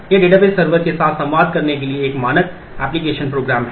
यह database server के साथ संवाद करने के लिए एक मानक एप्लिकेशन प्रोग्राम है